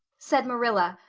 said marilla,